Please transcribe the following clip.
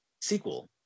sequel